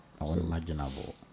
Unimaginable